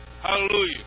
Hallelujah